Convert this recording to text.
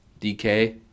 DK